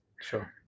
Sure